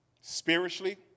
spiritually